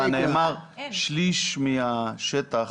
נאמר ששליש מהשטח